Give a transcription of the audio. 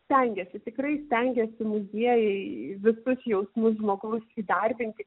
stengiasi tikrai stengiasi muziejai visus jausmus žmogaus įdarbinti